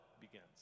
begins